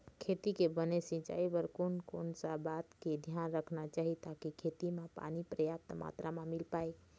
खेती के बने सिचाई बर कोन कौन सा बात के धियान रखना चाही ताकि खेती मा पानी पर्याप्त मात्रा मा मिल पाए?